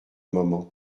moment